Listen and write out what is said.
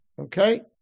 okay